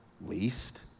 least